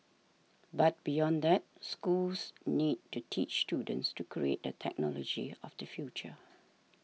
but beyond that schools need to teach students to create the technology of the future